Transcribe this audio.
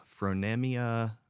Phronemia